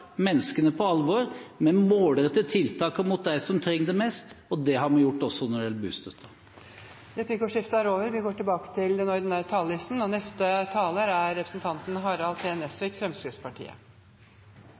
menneskene på alvor ved å målrette tiltakene mot dem som trenger det mest. Det har vi gjort også når det gjelder bostøtten. Replikkordskiftet er omme. Innledningsvis vil jeg få lov til